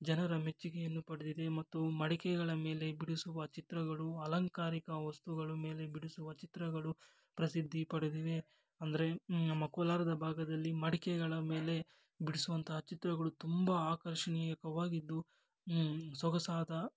ಜನರ ಮೆಚ್ಚುಗೆಯನ್ನು ಪಡೆದಿದೆ ಮತ್ತು ಮಡಿಕೆಗಳ ಮೇಲೆ ಬಿಡಿಸುವ ಚಿತ್ರಗಳು ಅಲಂಕಾರಿಕ ವಸ್ತುಗಳ ಮೇಲೆ ಬಿಡಿಸುವ ಚಿತ್ರಗಳು ಪ್ರಸಿದ್ಧಿ ಪಡೆದಿವೆ ಅಂದರೆ ನಮ್ಮ ಕೋಲಾರದ ಭಾಗದಲ್ಲಿ ಮಡಿಕೆಗಳ ಮೇಲೆ ಬಿಡಿಸುವಂಥ ಚಿತ್ರಗಳು ತುಂಬ ಆಕರ್ಷಣೀಯವಾಗಿದ್ದು ಸೊಗಸಾದ